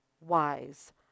wise